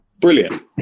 brilliant